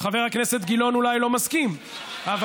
חבר הכנסת גילאון אולי לא מסכים, אבל